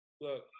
look